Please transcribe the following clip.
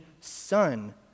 son